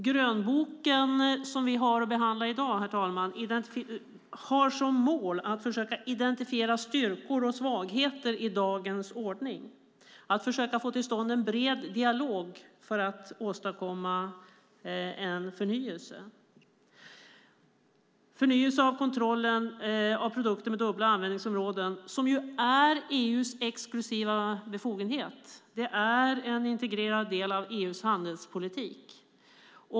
Grönboken, som vi har att behandla i dag, herr talman, har som mål att försöka identifiera styrkor och svagheter i dagens ordning, att försöka få till stånd en bred dialog för att åstadkomma en förnyelse av kontrollen av produkter med dubbla användningsområden, som ju är EU:s exklusiva befogenhet. Det är en integrerad del av EU:s handelspolitik.